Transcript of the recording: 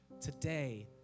today